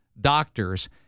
doctors